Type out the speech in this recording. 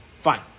Fine